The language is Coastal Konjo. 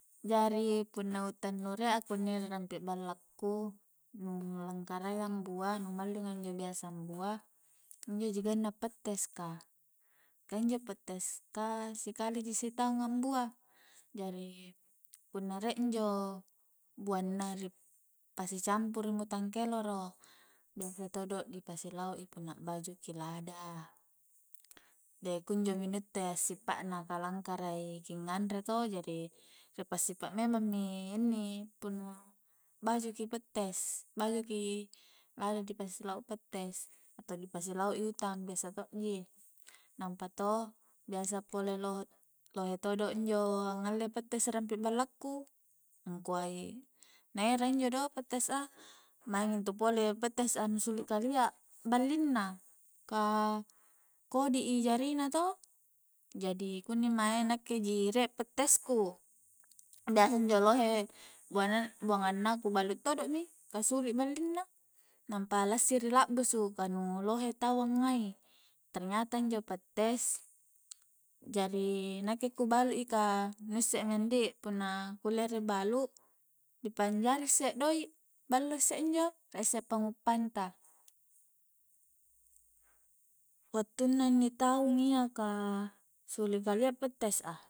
Jari punna utang nu rie a kunni rampi ballaku nu langakara iya ambua nu mallinga injo biasa ambua injo ji ganna pettes ka ka injo pettes ka sikali ji sitaung ambua jari punna rie injo buanna ri pasi campuru mi utang keloro biasa todo dipasi lau' i punna a'baju ki lada jadi kunjo mi nu itte a'sipa na ka langkarai ki nganre to jari ri pa'sipa memang mi inni punna a'baju ki pettes, punna baju ki lada dipasi lau' i pettes atau dipasi lau' utang biasa to'ji nampa to biasa pole lo-lohe todo injo a'ngalle pettes rampi balla ku angkuai na erai injo do pettes a maing intu pole pettes a nu suli kalia ballinna ka kodi i jari na to jadi kunni mae nakke ji rie pettes ku biasa injo lohe bua-buanna ku balu todo mi ka suli ballin na nampa lassiri la'busu ka nu lohe tau ngai i ternyata injo pettes jari nakke ku balui nu isse mi ndi punna kulle ri balu ri panjari isse doi ballo isse injo rie isse pa'nguppang ta wattu na inni taung iya ka suli kalia pettes a